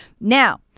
Now